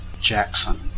Jackson